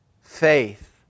Faith